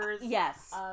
Yes